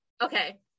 Okay